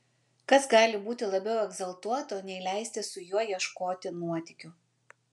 kas gali būti labiau egzaltuoto nei leistis su juo ieškoti nuotykių